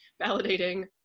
validating